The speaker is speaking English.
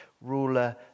Ruler